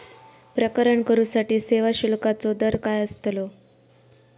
प्रकरण करूसाठी सेवा शुल्काचो दर काय अस्तलो?